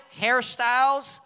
hairstyles